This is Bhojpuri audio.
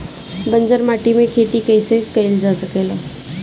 बंजर माटी में खेती कईसे कईल जा सकेला?